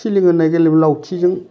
सिलिं होन्नाय गेलेयोमोन लावथिजों